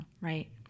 Right